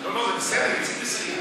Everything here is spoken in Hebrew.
לא, זה בסדר, איציק הסכים.